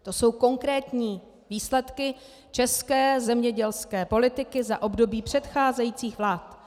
To jsou konkrétní výsledky české zemědělské politiky za období předcházejících vlád.